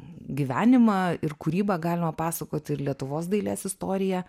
gyvenimą ir kūrybą galima pasakoti ir lietuvos dailės istoriją